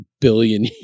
billion